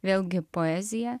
vėlgi poezija